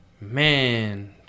Man